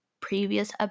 previous